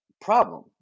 problem